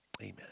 amen